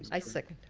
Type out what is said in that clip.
i second.